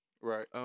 right